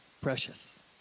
Precious